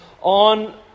on